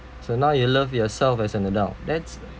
so now you love yourself as an adult that's